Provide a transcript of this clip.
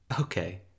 Okay